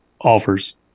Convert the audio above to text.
offers